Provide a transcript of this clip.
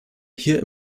hier